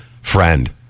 friend